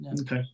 okay